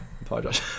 apologize